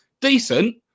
decent